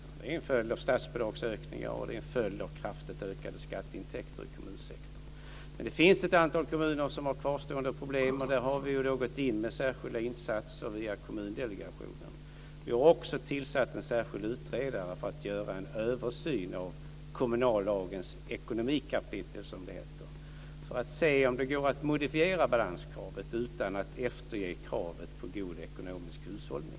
Det är en följd av statsbidragsökningar, och det är en följd av kraftigt ökade skatteintäkter i kommunsektorn. Men det finns ett antal kommuner som har kvarstående problem, och där har vi gått in med särskilda insatser via Kommundelegationen. Vi har också tillsatt en särskild utredare för att göra en översyn av kommunallagens ekonomikapitel, som det heter, för att se om det går att modifiera balanskravet utan att efterge kravet på god ekonomisk hushållning.